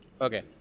Okay